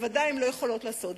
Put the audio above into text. הן בוודאי לא יכולות לעשות זאת,